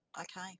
okay